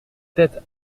têtes